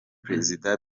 prezida